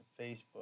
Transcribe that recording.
facebook